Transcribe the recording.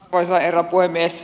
arvoisa herra puhemies